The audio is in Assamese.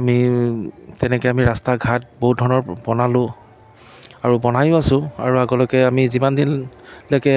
আমি তেনেকৈ আমি ৰাস্তা ঘাট বহুত ধৰণৰ বনালোঁ আৰু বনায়ো আছো আৰু আগলৈকে আমি যিমান দিনৰলৈকে